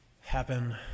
happen